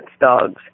dogs